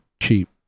cheap